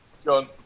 John